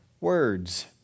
words